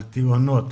על תאונות,